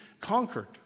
conquered